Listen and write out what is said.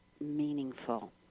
meaningful